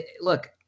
look